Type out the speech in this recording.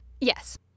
Yes